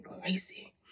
crazy